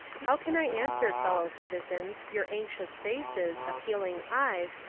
how can i answer, fellow citizens, your anxious faces, appealing eyes,